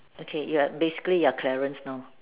okay you're basically you're Clarence now